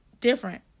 different